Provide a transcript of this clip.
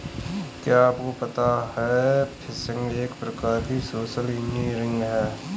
क्या आपको पता है फ़िशिंग एक प्रकार की सोशल इंजीनियरिंग है?